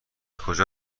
کجا